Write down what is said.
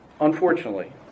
unfortunately